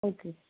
okay